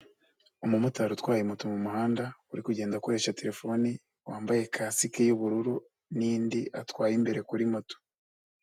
Umumotari utwaye moto mu muhanda uri kugenda akoresha terefone wambaye kasike y'ubururu n'indi atwaye imbere kuri moto.